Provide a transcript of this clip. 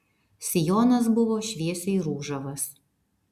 sijonas buvo šviesiai ružavas